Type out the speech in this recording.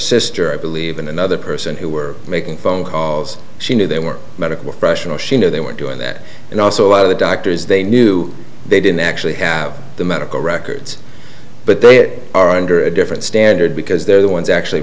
sister i believe and another person who were making phone calls she knew they were medical professionals she knew they were doing that and also a lot of the doctors they knew they didn't actually have the medical records but they are under a different standard because they're the ones actually